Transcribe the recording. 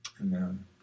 Amen